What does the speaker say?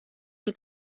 del